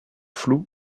floues